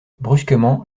brusquement